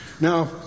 Now